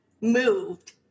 moved